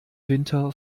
winter